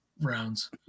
rounds